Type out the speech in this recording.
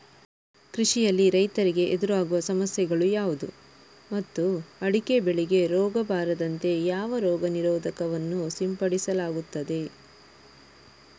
ಕೃಷಿಯಲ್ಲಿ ರೈತರಿಗೆ ಎದುರಾಗುವ ಸಮಸ್ಯೆಗಳು ಯಾವುದು ಮತ್ತು ಅಡಿಕೆ ಬೆಳೆಗೆ ರೋಗ ಬಾರದಂತೆ ಯಾವ ರೋಗ ನಿರೋಧಕ ವನ್ನು ಸಿಂಪಡಿಸಲಾಗುತ್ತದೆ?